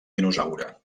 dinosaure